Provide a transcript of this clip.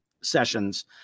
sessions